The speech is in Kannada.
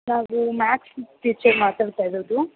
ನಾವು ಮಾಥ್ಸ್ ಟೀಚರ್ ಮಾತಾಡ್ತ ಇರೋದು